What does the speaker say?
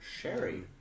Sherry